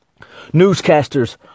Newscasters